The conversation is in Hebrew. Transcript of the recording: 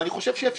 ואני חושב שאפשר.